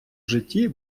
житті